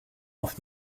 auf